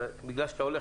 בגלל שאתה הולך.